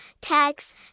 Tags